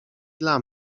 dla